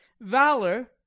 valor